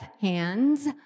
hands